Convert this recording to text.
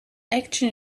action